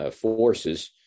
forces